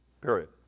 period